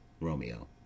Romeo